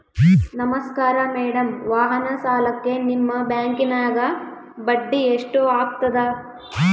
ನಮಸ್ಕಾರ ಮೇಡಂ ವಾಹನ ಸಾಲಕ್ಕೆ ನಿಮ್ಮ ಬ್ಯಾಂಕಿನ್ಯಾಗ ಬಡ್ಡಿ ಎಷ್ಟು ಆಗ್ತದ?